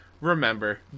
remember